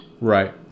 Right